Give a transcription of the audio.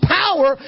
power